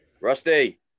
Rusty